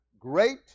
Great